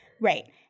Right